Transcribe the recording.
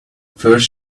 first